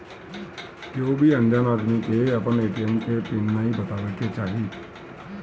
केहू भी अनजान आदमी के आपन ए.टी.एम के पिन नाइ बतावे के चाही